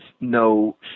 no